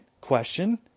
question